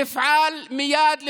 תפעלו מייד,